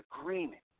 agreement